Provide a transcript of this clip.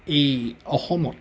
এই অসমত